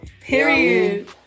period